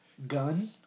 Gun